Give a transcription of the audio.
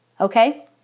okay